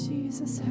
Jesus